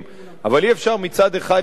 אבל אי-אפשר מצד אחד להגיד: